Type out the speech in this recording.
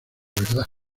verdad